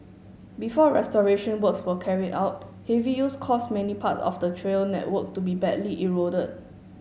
before restoration works were carried out heavy use caused many parts of the trail network to be badly eroded